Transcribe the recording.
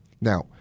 Now